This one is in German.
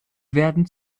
werden